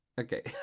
Okay